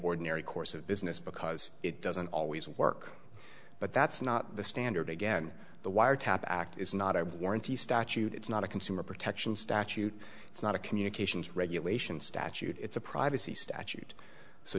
ordinary course of business because it doesn't always work but that's not the standard again the wiretap act is not a warranty statute it's not a consumer protection statute it's not a communications regulation statute it's a privacy statute so